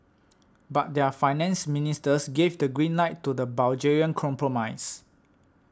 but their finance ministers gave the green light to the Bulgarian compromise